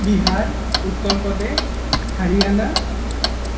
Bihar Uttar Pradesh Haryana